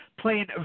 playing